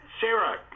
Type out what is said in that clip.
Sarah